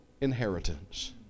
inheritance